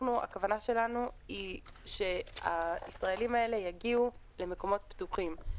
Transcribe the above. הכוונה שלנו היא שהישראלים יגיעו למקומות פתוחים.